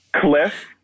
Cliff